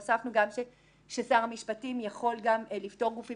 הוספנו גם ששר המשפטים יכול גם לפטור גופים